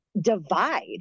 divide